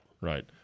Right